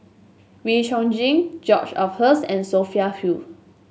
Wee Chong Jin George Oehlers and Sophia Hull